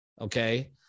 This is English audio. Okay